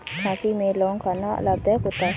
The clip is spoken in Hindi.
खांसी में लौंग खाना लाभदायक होता है